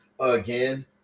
again